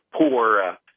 poor